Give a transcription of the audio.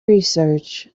research